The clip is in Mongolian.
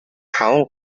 таван